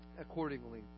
accordingly